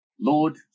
Lord